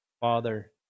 Father